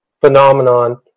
phenomenon